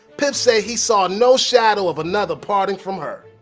pip say he saw no shadow of another parting from her.